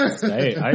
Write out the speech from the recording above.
Hey